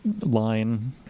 line